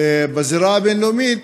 בזירה הבין-לאומית,